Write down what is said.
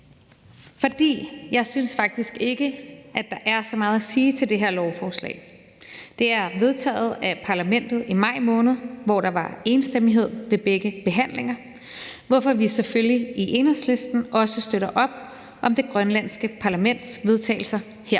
for jeg synes faktisk ikke, at der er så meget at sige om det her lovforslag. Det er vedtaget af det grønlandske parlament i maj måned, hvor der var enstemmighed ved begge behandlinger, hvorfor vi selvfølgelig i Enhedslisten også støtter op om det grønlandske parlaments vedtagelser her